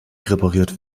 repariert